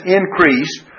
increased